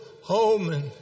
home